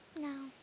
No